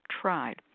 tried